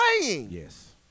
Yes